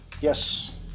Yes